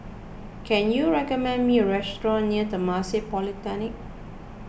can you recommend me a restaurant near Temasek Polytechnic